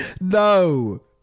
No